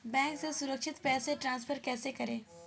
Bank से सुरक्षित पैसे ट्रांसफर कैसे करें?